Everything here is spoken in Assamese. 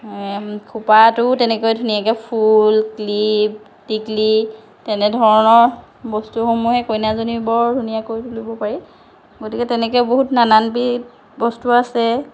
খোপাটোও তেনেকৈ ধুনীয়াকৈ ফুল ক্লিপ টিক্লি তেনেধৰণৰ বস্তুসমূহে কইনাজনীক বৰ ধুনীয়া কৰি তুলিব পাৰি গতিকে তেনেকৈ বহুত নানান বিধ বস্তু আছে